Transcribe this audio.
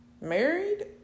married